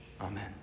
amen